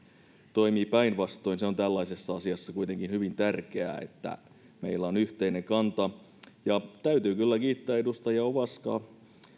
toimii päinvastoin tällaisessa asiassa on kuitenkin hyvin tärkeää että meillä on yhteinen kanta ja täytyy kyllä kiittää edustajia ovaska